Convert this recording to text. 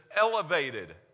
elevated